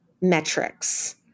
metrics